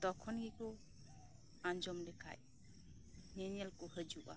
ᱛᱚᱠᱷᱚᱱ ᱜᱮᱠᱚ ᱟᱸᱡᱚᱢ ᱞᱮᱠᱷᱟᱡ ᱧᱮᱧᱮᱞ ᱠᱚ ᱦᱤᱡᱩᱜᱼᱟ